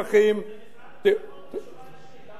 זה משרד הביטחון בתשובה רשמית.